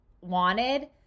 wanted